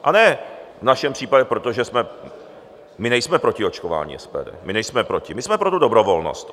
A ne v našem případě, protože my nejsme proti očkování, SPD, my nejsme proti, my jsme pro tu dobrovolnost.